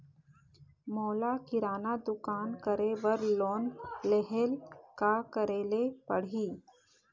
मोला किराना दुकान करे बर लोन लेहेले का करेले पड़ही?